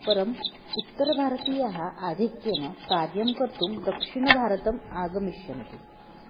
परम् उत्तरभारतीयाः आधिक्येन कार्यं कर्तुं दक्षिणभारतम् आगमिष्यन्ति